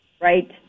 Right